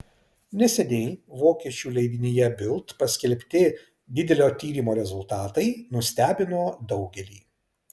neseniai vokiečių leidinyje bild paskelbti didelio tyrimo rezultatai nustebino daugelį